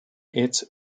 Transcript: its